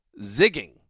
zigging